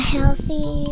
Healthy